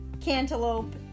cantaloupe